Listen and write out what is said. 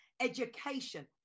education